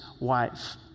wife